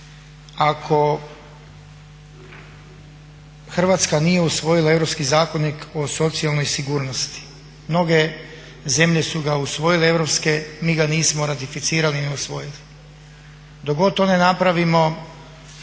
Hrvatska nije usvojila europski zakonik o socijalnoj sigurnosti? Mnoge zemlje su ga usvojile europske, mi ga nismo ratificirali ni usvojili. Dok god to ne napravimo